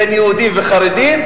ובין יהודים וחרדים,